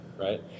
right